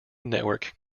network